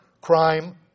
crime